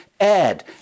add